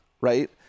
right